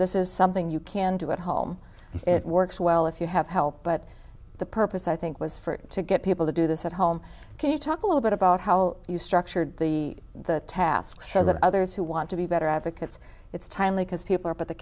this is something you can do at home and it works well if you have help but the purpose i think was for it to get people to do this at home can you talk a little bit about how you structured the the task so that others who want to be better advocates it's timely because people are up at the